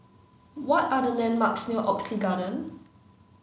what are the landmarks near Oxley Garden